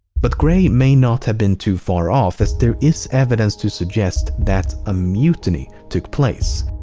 but gray may not have been too far off as there is evidence to suggest that a mutiny took place.